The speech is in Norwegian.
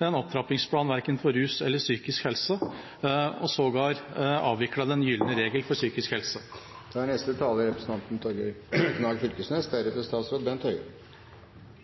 en opptrappingsplan verken for rus eller psykisk helse, og man avviklet sågar den gylne regel for psykisk helse. Eg vil takke forslagsstillarane for ei viktig sak å løfte, og som SV stiller seg fullt ut bak. Det er